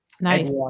Nice